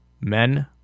Men